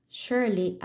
surely